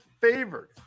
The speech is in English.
favored